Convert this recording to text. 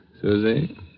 Susie